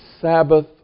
Sabbath